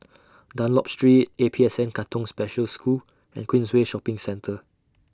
Dunlop Street A P S N Katong Special School and Queensway Shopping Centre